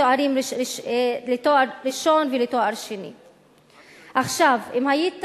אם היית